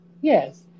Yes